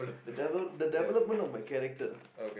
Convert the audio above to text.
the develop the development of my character